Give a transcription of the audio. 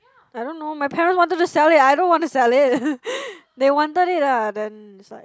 I don't know my parents wanted to sell it I don't want to sell it they wanted it ah then that's why